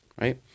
right